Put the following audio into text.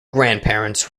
grandparents